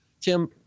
Tim